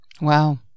Wow